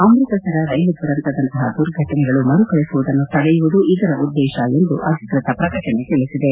ಅಮ್ಬತಸರ ರೈಲು ದುರಂತದಂತಹ ದುರ್ಘಟನೆಗಳು ಮರುಕಳಿಸುವುದನ್ನು ತಡೆಯುವುದು ಇದರ ಉದ್ದೇಶ ಎಂದು ಅಧಿಕೃತ ಪ್ರಕಟಣೆ ತಿಳಿಸಿದೆ